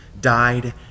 died